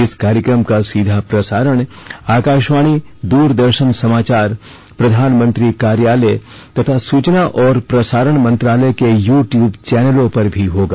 इस कार्यक्रम का सीधा प्रसारण आकाशवाणी द्रदर्शन समाचार प्रधानमंत्री कार्यालय तथा सूचना और प्रसारण मंत्रालय के यू ट्यूब चैनलों पर भी होगा